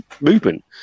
movement